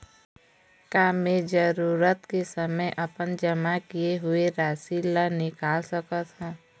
का मैं जरूरत के समय अपन जमा किए हुए राशि ला निकाल सकत हव?